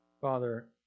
Father